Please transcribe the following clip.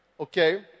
Okay